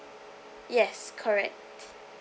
yes correct